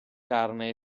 carne